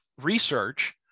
research